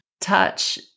touch